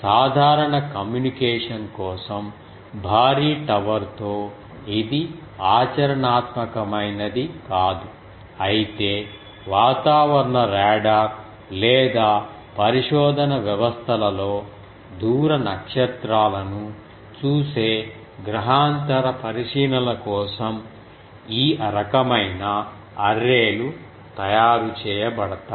సాధారణ కమ్యూనికేషన్ కోసం భారీ టవర్తో ఇది ఆచరణాత్మకమైనది కాదు అయితే వాతావరణ రాడార్ లేదా పరిశోధన వ్యవస్థలలో దూర నక్షత్రాలను చూసే గ్రహాంతర పరిశీలనల కోసం ఈ రకమైన అర్రే లు తయారు చేయబడతాయి